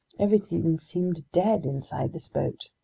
everything seemed dead inside this boat.